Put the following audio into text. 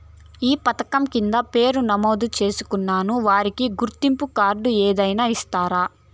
ఈ పథకం కింద పేరు నమోదు చేసుకున్న వారికి గుర్తింపు కార్డు ఏదైనా ఇస్తారా?